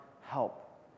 help